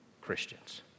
Christians